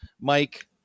mike